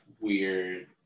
weird